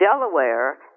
Delaware